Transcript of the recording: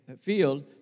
Field